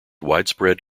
widespread